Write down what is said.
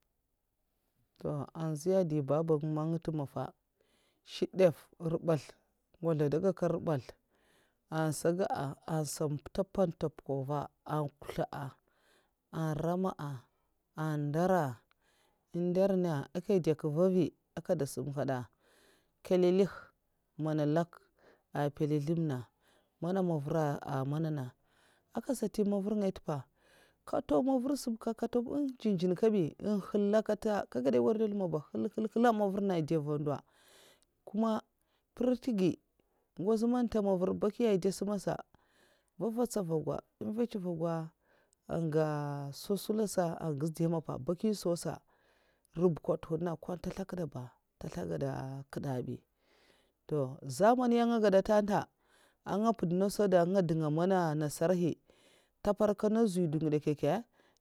nziya ndè babag nga man kuna ntè mafa nkèna ntè na mbarasl nè kèta ndè man nkè ndrizlè ara mahvar aka ndèya a nlèm misiya akandiy'sungaya a nlèk nslraw'èm bazhè mborori man ntè gada sata ndè mantètè a ndiya a yaji an bama at ntè ndiy sunta bazhè to m'borori ska man ndo man è nwoy bè ko ndo man sugar ntèv ba ndèiy sungaya èh gèn sukwa bi nlin'nlin nga dè man nka ntèda'ba nkèt saba ko n'agi nkèt ntènga ngèzl gèzl a ndèv'man daman mnorori man nka ntiya sa nkè zlubwata'a nka ndizè dè nyèm nausa ngu ngwudzèn nyèm è gèd mka za dizè dausa nko ndo man sukwur ndè ndèv nènga ba èn gèd sèkwa bi èngidè kyèkyè ah guiya bi amam man nkè n'woy ngè ngèts lafiya nvu ngaya sa aga gèd'a baki'ngaya sa kam èg gèd zhigilè nkè ndèlè na èh sum zhigilè ba kib nga nkèts skwi kumba zhigilè n'woy ka èh gèd ka ama man nka n'woya sa ko baki nagay ndo ndèv ngèsl saba èn dèy n dèb a èh gèd nasa ah skwi man nga ntè mboriri sa.